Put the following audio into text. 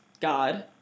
God